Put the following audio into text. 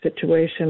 situation